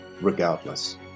regardless